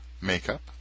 makeup